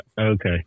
Okay